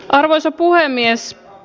arvoisa puhemies